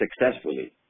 successfully